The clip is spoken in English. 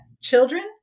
children